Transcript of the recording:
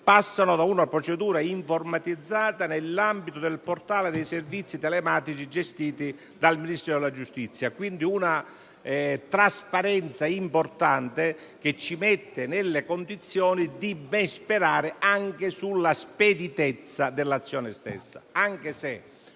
passano da una procedura informatizzata nell'ambito del portale dei servizi telematici gestiti dal Ministero della Giustizia. Vi è quindi una trasparenza importante che ci mette nelle condizioni di ben sperare anche sulla speditezza dell'azione stessa,